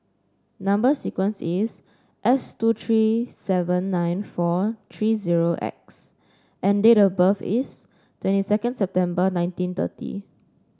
number sequence is S two six seven nine four three zero X and date of birth is twenty second September nineteen thirty